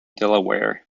delaware